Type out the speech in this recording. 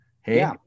Hey